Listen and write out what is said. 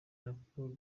raporo